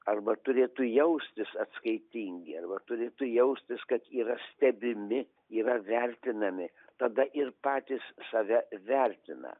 arba turėtų jaustis atskaitingi arba turėtų jaustis kad yra stebimi yra vertinami tada ir patys save vertina